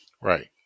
right